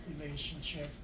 relationship